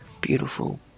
Beautiful